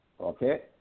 okay